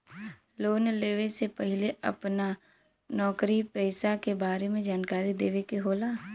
Loan लेवे से पहिले अपना नौकरी पेसा के बारे मे जानकारी देवे के होला?